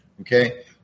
Okay